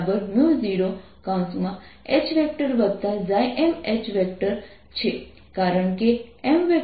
તેથી જો આપણે સંદર્ભ બિંદુ 0 પર પોટેન્શિયલ લઈએ તો તે r0 થવા દો